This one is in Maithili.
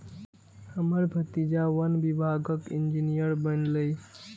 हमर भतीजा वन विभागक इंजीनियर बनलैए